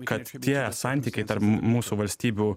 kad tie santykiai tarp mūsų valstybių